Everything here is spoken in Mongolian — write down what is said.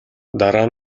дараа